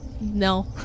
no